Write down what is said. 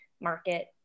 market